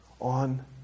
on